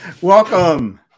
Welcome